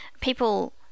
people